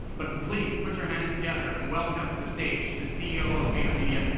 but please, put your hands together, and welcome to the stage, the ceo of vaynermedia,